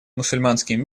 мусульманским